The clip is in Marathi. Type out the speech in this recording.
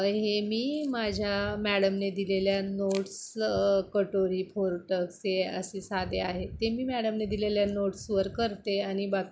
हे मी माझ्या मॅडमने दिलेल्या नोट्स कटोरी फोर टक्सचे असे साधे आहेत ते मी मॅडमने दिलेल्या नोट्सवर करते आणि बाकी